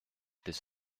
this